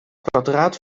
kwadraat